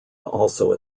also